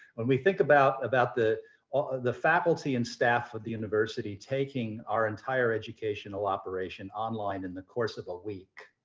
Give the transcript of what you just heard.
when we think about about the ah the faculty and staff at the university taking our entire educational operation online in the course of a week,